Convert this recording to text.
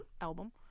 album